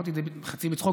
אמרתי את זה חצי בצחוק,